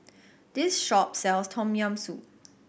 this shop sells Tom Yam Soup